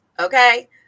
Okay